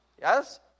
Yes